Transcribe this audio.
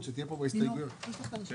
יחשבו שזו דירה נוספת לאור דירות אחרות.